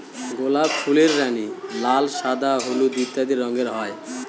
গোলাপ ফুলের রানী, লাল, সাদা, হলুদ ইত্যাদি রঙের হয়